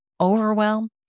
overwhelm